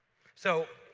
so,